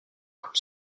comme